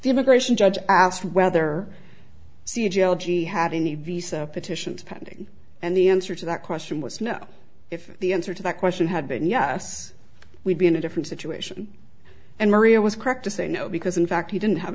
the immigration judge asked whether c geology had any petitions pending and the answer to that question was no if the answer to that question had been yes we'd be in a different situation and maria was correct to say no because in fact he didn't have